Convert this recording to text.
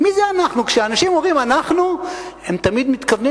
כשאנשים אומרים "אנחנו" הם תמיד מתכוונים